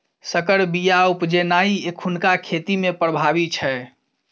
सँकर बीया उपजेनाइ एखुनका खेती मे प्रभावी छै